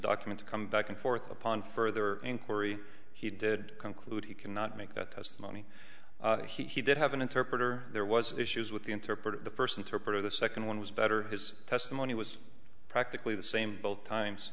document to come back and forth upon further inquiry he did conclude he can not make that testimony he did have an interpreter there was issues with the interpreter the first interpreter the second one was better his testimony was practically the same both times